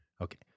Okay